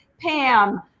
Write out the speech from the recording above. Pam